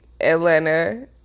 Atlanta